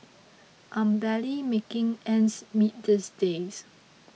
I'm barely making ends meet these days